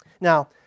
Now